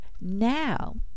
now